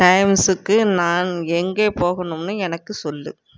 டைம்ஸுக்கு நான் எங்கே போகணும்னு எனக்கு சொல்